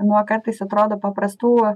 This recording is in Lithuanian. nuo kartais atrodo paprastų